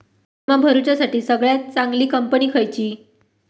विमा भरुच्यासाठी सगळयात चागंली कंपनी खयची?